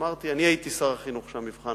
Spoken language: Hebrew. אמרתי: אני הייתי שר החינוך כשהיה המבחן,